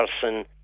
person